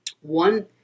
one